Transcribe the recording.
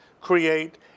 create